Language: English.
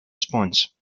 response